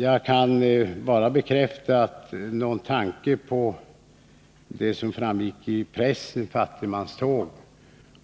Jag kan bara bekräfta att det inte finns några tankar på fattigmanståg